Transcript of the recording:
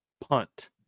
punt